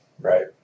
Right